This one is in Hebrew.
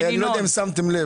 אני לא יודע אם שמתם לב,